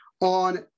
on